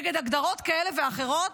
ונגד הגדרות כאלה ואחרות.